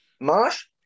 Marsh